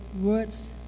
words